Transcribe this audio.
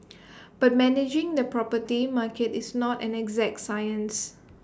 but managing the property market is not an exact science